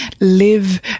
live